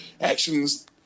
actions